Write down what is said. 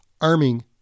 arming